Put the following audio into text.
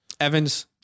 Evans